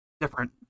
different